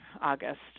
August